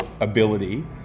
ability